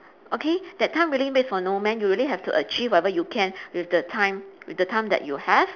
okay that time really waits for no man you really have to achieve whatever you can with the time with the time that you have